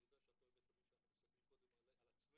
אני יודע שאת אוהבת תמיד שאנחנו מסתכלים קודם על עצמנו,